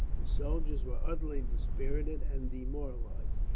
the soldiers were utterly dispirited and demoralized.